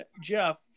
Jeff